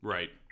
Right